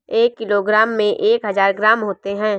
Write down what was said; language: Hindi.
एक किलोग्राम में एक हजार ग्राम होते हैं